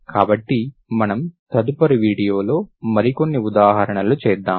కాబట్టి మనం తదుపరి వీడియోలో మరికొన్ని ఉదాహరణలు చేద్దాము